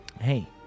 hey